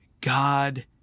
God